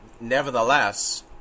Nevertheless